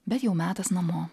bet jau metas namo